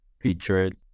featured